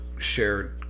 shared